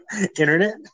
Internet